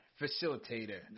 facilitator